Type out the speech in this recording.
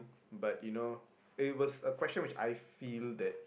but you know it was a question which I feel that